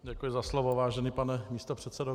Děkuji za slovo, vážený pane místopředsedo.